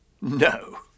No